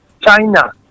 China